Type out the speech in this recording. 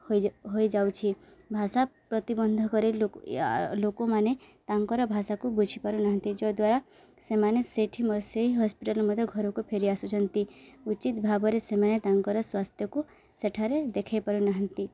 ହୋଇ ହୋଇଯାଉଛି ଭାଷା ପ୍ରତିିବନ୍ଧକ ଲୋକ ଲୋକମାନେ ତାଙ୍କର ଭାଷାକୁ ବୁଝି ପାରୁନାହାନ୍ତି ଯଦ୍ୱାରା ସେମାନେ ସେଠି ସେଇ ହସ୍ପିଟାଲ ମଧ୍ୟ ଘରକୁ ଫେରି ଆସୁଛନ୍ତି ଉଚିତ ଭାବରେ ସେମାନେ ତାଙ୍କର ସ୍ୱାସ୍ଥ୍ୟକୁ ସେଠାରେ ଦେଖାଇ ପାରୁନାହାନ୍ତି